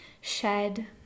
shed